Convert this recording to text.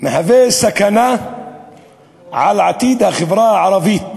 מהווים סכנה לעתיד החברה הערבית,